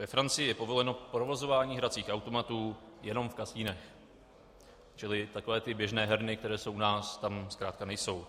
Ve Francii je povoleno provozování hracích automatů jenom v kasinech, čili takové ty běžné herny, které jsou u nás, tam zkrátka nejsou.